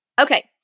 Okay